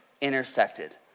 intersected